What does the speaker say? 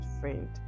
friend